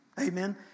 Amen